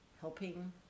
helping